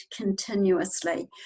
continuously